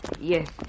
Yes